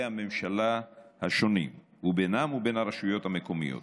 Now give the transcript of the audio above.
הממשלה השונים ובינם ובין הרשויות המקומיות